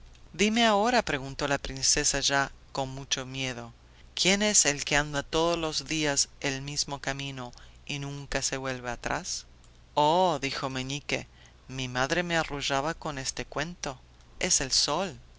cascada dime ahora preguntó la princesa ya con mucho miedo quién es el que anda todos los días el mismo camino y nunca se vuelve atrás oh dijo meñique mi madre me arrullaba con ese cuento es el sol